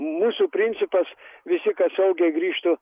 mūsų principas visi kad saugiai grįžtų